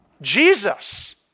Jesus